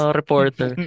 reporter